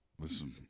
Listen